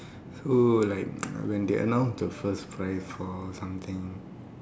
so like when they announce the first prize for something